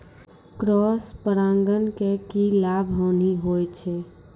Cross परागण के की लाभ, हानि होय छै?